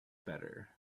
better